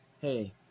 hey